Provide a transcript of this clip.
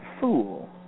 fool